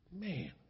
Man